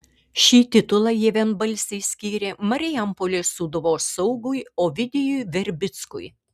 šį titulą jie vienbalsiai skyrė marijampolės sūduvos saugui ovidijui verbickui